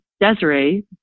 Desiree